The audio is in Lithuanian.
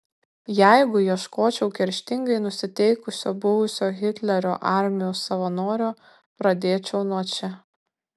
jeigu ieškočiau kerštingai nusiteikusio buvusio hitlerio armijos savanorio pradėčiau nuo čia